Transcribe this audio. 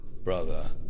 Brother